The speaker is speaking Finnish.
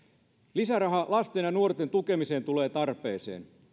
lisäraha lasten ja nuorten tukemiseen tulee tarpeeseen